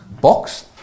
box